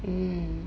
mm